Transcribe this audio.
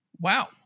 Wow